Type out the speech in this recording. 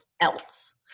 else